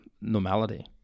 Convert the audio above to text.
normality